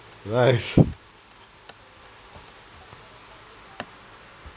nice